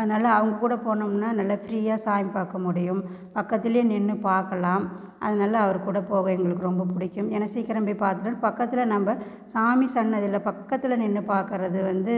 அதனால அவங்க கூட போனோம்னால் நல்லா ஃப்ரீயாக சாமி பார்க்க முடியும் பக்கத்திலையே நின்று பார்க்கலாம் அதனால் அவர் கூட போக எங்களுக்கு ரொம்ப பிடிக்கும் ஏன்னால் சீக்கிரம் போய் பார்த்துட்டோன்னா பக்கத்தில் நம்ப சாமி சன்னதியில் பக்கத்தில் நின்று பார்க்கறது வந்து